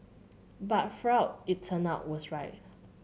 but Freud it turned out was right